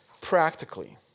Practically